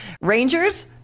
Rangers